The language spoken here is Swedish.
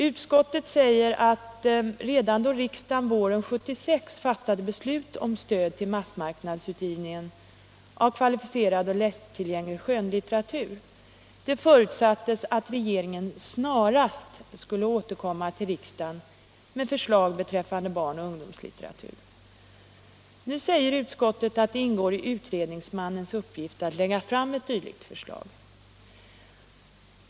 Utskottet påpekar att det redan då riksdagen våren 1976 fattade beslut om stöd till massmarknadsutgivning av kvalificerad och lättillgänglig skönlitteratur förutsattes att regeringen snarast skulle återkomma till riksdagen med förslag beträffande barnoch ungdomslitteraturen. Nu säger utskottet att det ingår i utredningsmannens uppgift att lägga fram ett dylikt förslag.